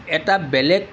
এটা বেলেগ